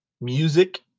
music